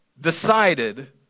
decided